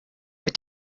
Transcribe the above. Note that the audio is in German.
mit